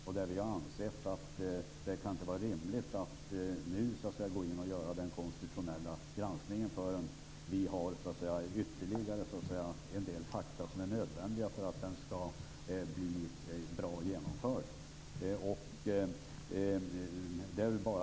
Och vi har ansett att det inte kan vara rimligt att nu gå in och göra den konstitutionella granskningen förrän vi har ytterligare fakta som är nödvändiga för att den skall bli bra genomförd.